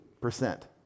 percent